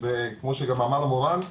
כמו שגם אמר מורן,